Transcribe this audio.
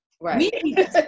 Right